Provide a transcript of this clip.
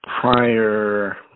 prior